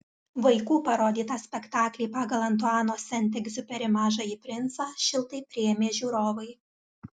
vaikų parodytą spektaklį pagal antuano sent egziuperi mažąjį princą šiltai priėmė žiūrovai